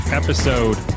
episode